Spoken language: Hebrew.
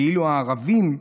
ואילו הערבים,